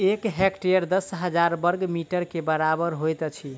एक हेक्टेयर दस हजार बर्ग मीटर के बराबर होइत अछि